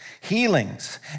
healings